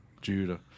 Judah